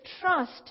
trust